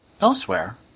Elsewhere